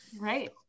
right